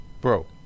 Bro